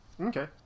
Okay